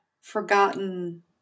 forgotten